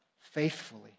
faithfully